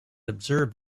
observed